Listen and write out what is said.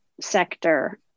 sector